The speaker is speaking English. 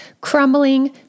crumbling